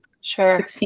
sure